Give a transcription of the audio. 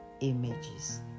Images